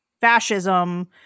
fascism